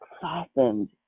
softened